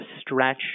stretch